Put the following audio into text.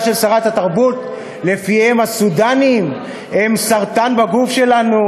של שרת התרבות ש"הסודאנים הם סרטן בגוף שלנו"